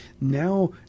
Now